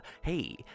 hey